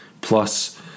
Plus